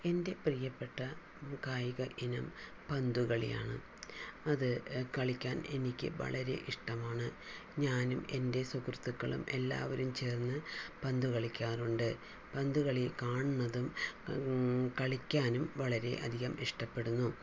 എൻ്റെ പ്രിയപ്പെട്ട കായിക ഇനം പന്തുകളിയാണ് അത് കളിക്കാൻ എനിക്ക് വളരെ ഇഷ്ടമാണ് ഞാനും എൻ്റെ സുഹൃത്തുക്കളും എല്ലാവരും ചേർന്ന് പന്തു കളിക്കാറുണ്ട് പന്തുകളി കാണുന്നതും കളിക്കാനും വളരെ അധികം ഇഷ്ടപ്പെടുന്നു